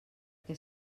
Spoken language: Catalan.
què